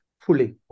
fully